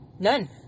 None